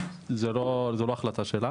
זה לא החלטה שלה